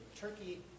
Turkey